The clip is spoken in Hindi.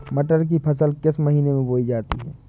मटर की फसल किस महीने में बोई जाती है?